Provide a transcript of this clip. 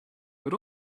but